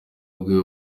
bwe